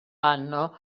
anno